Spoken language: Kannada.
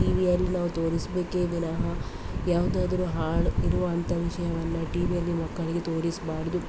ಟಿ ವಿಯಲ್ಲಿ ನಾವು ತೋರಿಸಬೇಕೇ ವಿನಹ ಯಾವುದಾದ್ರು ಹಾಳು ಇರುವಂಥ ವಿಷಯವನ್ನು ಟಿ ವಿಯಲ್ಲಿ ಮಕ್ಕಳಿಗೆ ತೋರಿಸಬಾರ್ದು